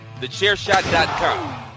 Thechairshot.com